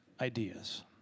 ideas